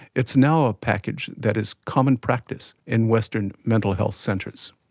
it's now a package that is common practice in western mental health centres.